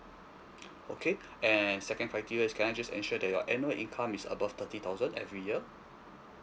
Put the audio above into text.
okay and second criteria can I just ensure that your annual income is above thirty thousand every year